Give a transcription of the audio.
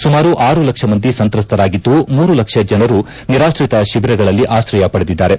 ಸುಮಾರು ಆರು ಲಕ್ಷ ಮಂದಿ ಸಂತ್ರಸ್ತರಾಗಿದ್ದು ಮೂರು ಲಕ್ಷ ಜನರು ನಿರಾತ್ರಿತ ಶಿಬಿರಗಳಲ್ಲಿ ಆಶ್ರಯ ಪಡೆದಿದ್ದಾರೆ